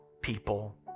people